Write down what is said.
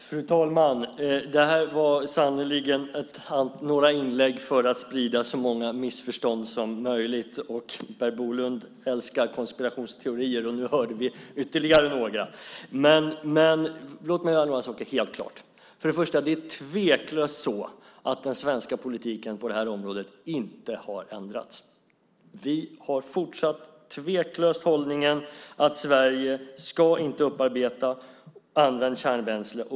Fru talman! Det här var sannerligen några inlägg för att sprida så många missförstånd som möjligt. Per Bolund älskar konspirationsteorier, och nu hörde vi ytterligare några. Låt mig göra några saker helt klara. Först och främst är det tveklöst så att den svenska politiken på det här området inte har ändrats. Vi har tveklöst fortsatt hållningen att Sverige inte ska upparbeta använt kärnbränsle.